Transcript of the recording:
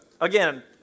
again